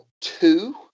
two